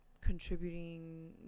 contributing